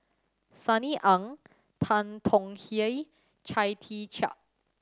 Sunny Ang Tan Tong Hye Chia Tee Chiak